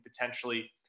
potentially